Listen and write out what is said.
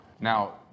Now